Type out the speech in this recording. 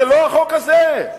זה לא החוק הזה.